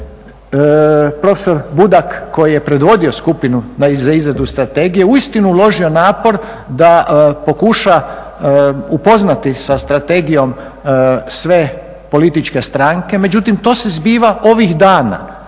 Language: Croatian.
profesor Budak koji je predvodio skupinu za izradu strategije uistinu uložio napor da pokuša upoznati sa strategijom sve političke stranke, međutim to se zbiva ovih dana,